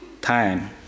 time